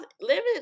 living